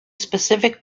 specific